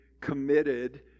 committed